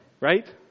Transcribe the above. right